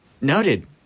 Noted